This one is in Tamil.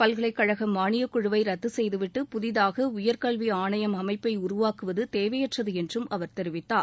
பல்கலைக்கழகமானியக்குழுவைரத்துசெய்துவிட்டு புதிதாகஉயர்கல்விஆணையம் அமைப்பைஉருவாக்குவதுதேவையற்றதுஎன்றும் அவர் தெரிவித்தார்